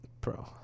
bro